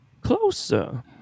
closer